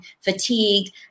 fatigued